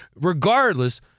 Regardless